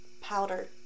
Powder